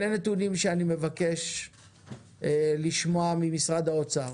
אלה נתונים שאני מבקש לשמוע ממשרד האוצר.